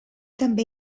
també